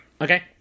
okay